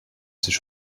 sich